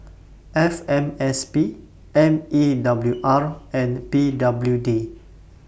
F M S P M E A W R and P W D